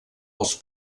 els